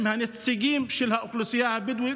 עם הנציגים של האוכלוסייה הבדואית,